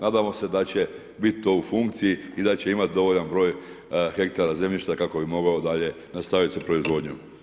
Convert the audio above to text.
Nadamo se da će bit to u funkciji i da će imati dovoljan broj hektara zemljišta kako bi mogao dalje nastaviti sa proizvodnjom.